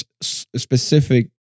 specific